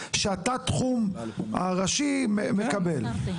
למה שאתה התחום הראשי זכאי לקבל.